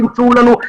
תמצאו לנו,